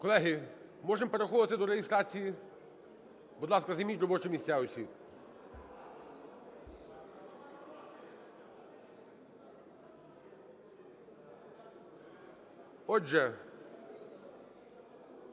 Колеги, можемо переходити до реєстрації? Будь ласка, займіть робочі місця усі. Отже,